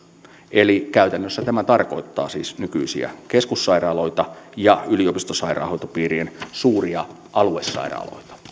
eli käytännössä tämä tarkoittaa siis nykyisiä keskussairaaloita ja yliopistosairaanhoitopiirien suuria aluesairaaloita